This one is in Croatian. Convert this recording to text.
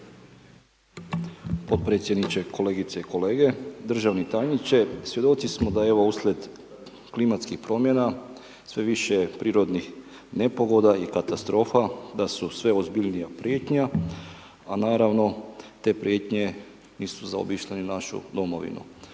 Potpredsjedniče, kolegice i kolege, državni tajniče. Svjedoci smo da evo uslijed klimatskih promjena sve više prirodnih nepogoda i katastrofa da su sve ozbiljnija prijetnja a naravno te prijetnje nisu zaobišle ni našu domovinu.